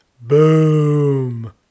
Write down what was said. boom